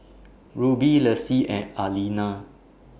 Ruby Lacie and Aleena